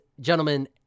gentlemen